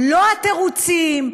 לא התירוצים,